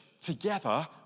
together